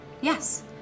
Yes